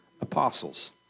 apostles